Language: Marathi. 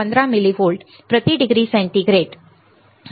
15 मिली व्होल्ट्स प्रति डिग्री सेंटीग्रेड